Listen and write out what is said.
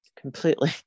completely